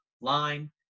line